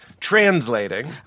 translating